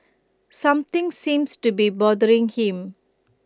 something seems to be bothering him